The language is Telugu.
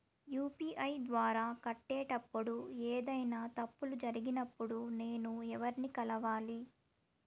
యు.పి.ఐ ద్వారా కట్టేటప్పుడు ఏదైనా తప్పులు జరిగినప్పుడు నేను ఎవర్ని కలవాలి?